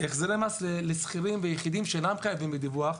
החזרי מס לשכירים ויחידים שאינם חייבים בדיווח.